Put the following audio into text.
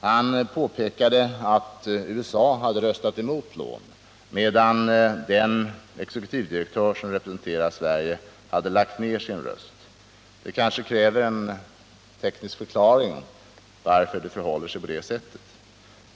Han påpekade att USA hade röstat emot lån medan den exekutivdirektör som representerar Sverige hade lagt ned sin röst. Det kräver kanske en teknisk förklaring varför det förhåller sig på detta sätt.